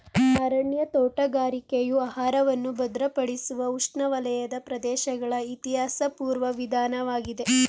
ಅರಣ್ಯ ತೋಟಗಾರಿಕೆಯು ಆಹಾರವನ್ನು ಭದ್ರಪಡಿಸುವ ಉಷ್ಣವಲಯದ ಪ್ರದೇಶಗಳ ಇತಿಹಾಸಪೂರ್ವ ವಿಧಾನವಾಗಿದೆ